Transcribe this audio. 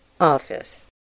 office